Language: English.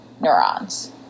neurons